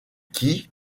qui